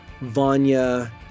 Vanya